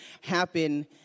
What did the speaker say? happen